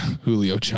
Julio